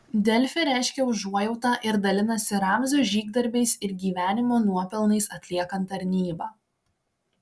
delfi reiškia užuojautą ir dalinasi ramzio žygdarbiais ir gyvenimo nuopelnais atliekant tarnybą